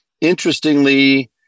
interestingly